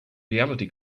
reality